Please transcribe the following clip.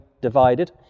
divided